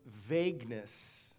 vagueness